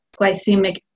glycemic